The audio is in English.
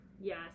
Yes